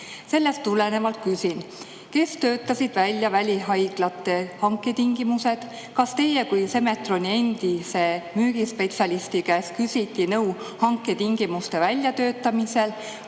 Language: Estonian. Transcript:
Sellest tulenevalt küsin, kes töötasid välja välihaiglate hanke tingimused? Kas teie kui Semetroni endise müügispetsialisti käest küsiti nõu hanketingimuste väljatöötamisel?